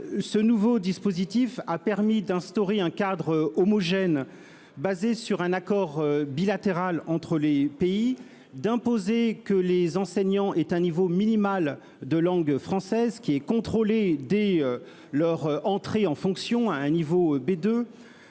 ce nouveau dispositif a permis d'instaurer un cadre homogène fondé sur un accord bilatéral entre les pays. Il a également permis d'imposer que les enseignants aient un niveau minimal de langue française, contrôlé dès leur entrée en fonction à un niveau B2